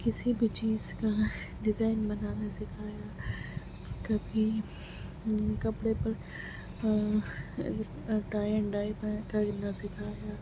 کسی بھی چیز کا ڈیزائن بنانا سیکھایا کبھی کپڑے پر ٹائن ڈائپ ہے کرنا سیکھایا